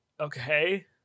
okay